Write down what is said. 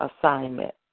assignment